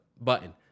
Button